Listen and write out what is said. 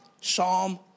psalm